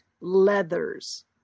leathers